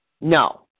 No